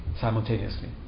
simultaneously